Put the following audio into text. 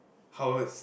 how is